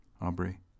Aubrey